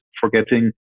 forgetting